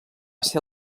ser